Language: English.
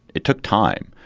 it took time.